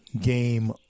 Game